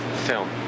film